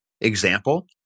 example